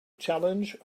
challenge